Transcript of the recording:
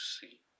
see